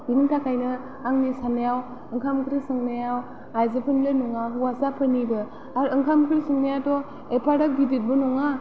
बिनि थाखायनो आंनि साननायाव ओंखाम ओंख्रि संनाया आइजोफोरनिल' नङा हौवासाफोरनिबो आरो ओंखाम ओंख्रि संनायाथ' एफाग्राब गिदिरबो नङा